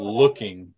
looking